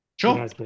Sure